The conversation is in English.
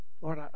Lord